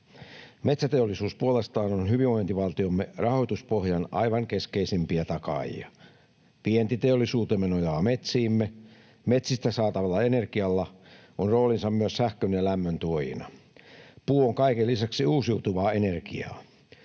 Metsäteollisuus puolestaan on hyvinvointivaltiomme rahoituspohjan aivan keskeisimpiä takaajia. Vientiteollisuutemme nojaa metsiimme. Metsistä saatavalla energialla on roolinsa myös sähkön ja lämmön tuojana. Puu on kaiken lisäksi uusiutuvaa energiaa.